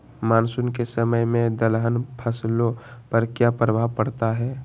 Monsoon के समय में दलहन फसलो पर क्या प्रभाव पड़ता हैँ?